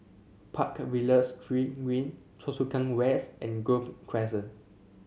Park Villas Green Choa Chu Kang West and Grove Crescent